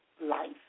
life